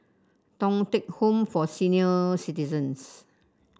Thong Teck Home for Senior Citizens